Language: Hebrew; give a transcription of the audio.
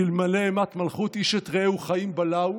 שאלמלא אימת מלכות איש את רעהו חיים בלעו",